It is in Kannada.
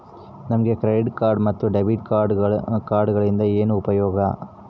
ನಮಗೆ ಕ್ರೆಡಿಟ್ ಕಾರ್ಡ್ ಮತ್ತು ಡೆಬಿಟ್ ಕಾರ್ಡುಗಳಿಂದ ಏನು ಉಪಯೋಗ?